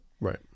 right